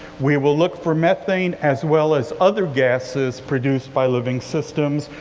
we will look for methane as well as other gasses produced by living systems.